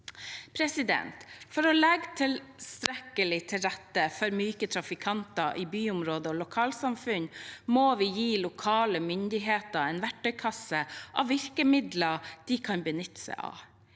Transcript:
helhetlig. For å legge tilstrekkelig til rette for myke trafikanter i byområder og lokalsamfunn må vi gi lokale myndigheter en verktøykasse av virkemidler de kan benytte seg av.